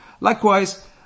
Likewise